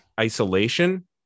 isolation